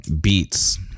beats